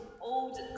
old